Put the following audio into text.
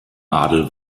adel